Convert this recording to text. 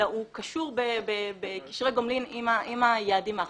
אלא הוא קשור בקשרי גומלין עם היעדים האחרים.